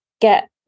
get